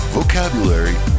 vocabulary